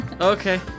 okay